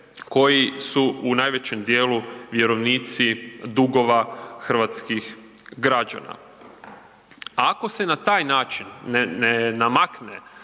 koji su najvećem dijelu vjerovnici dugova hrvatskih građana. Ako se na taj način ne namakne